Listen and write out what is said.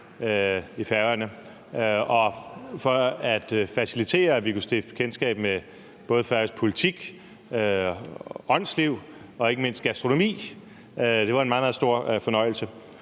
i Færøerne, og for at facilitere, at vi kunne stifte bekendtskab med både færøsk politik, åndsliv og ikke mindst gastronomi. Det var en meget, meget stor fornøjelse.